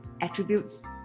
attributes